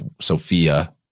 Sophia